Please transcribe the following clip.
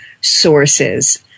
sources